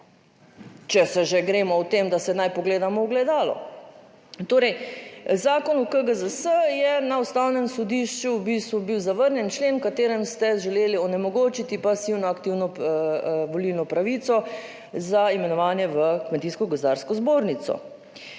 če se že gremo v tem, da se naj pogledamo ogledalo. Torej Zakon o KGZS je na Ustavnem sodišču v bistvu bil zavrnjen člen v katerem ste želeli onemogočiti pasivno aktivno volilno pravico za imenovanje v